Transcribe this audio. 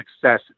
success